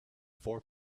four